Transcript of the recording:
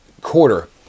quarter